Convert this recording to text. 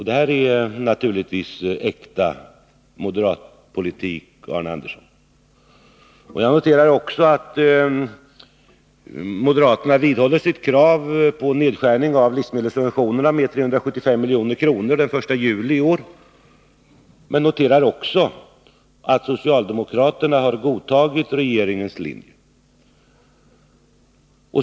Det är naturligtvis äkta moderatpolitik, Arne Andersson! Jag noterar att moderaterna vidhåller sitt krav på nedskärning av livsmedelssubventionerna med 375 milj.kr. den 1 juli i år. Men jag noterar också att socialdemokraterna har godtagit regeringens linje.